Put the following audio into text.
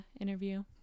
interview